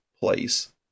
place